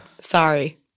Sorry